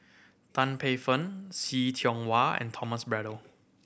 Tan Paey Fern See Tiong Wah and Thomas Braddell